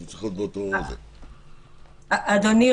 אדוני,